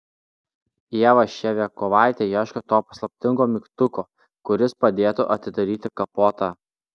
ieva ševiakovaitė ieško to paslaptingo mygtuko kuris padėtų atidaryti kapotą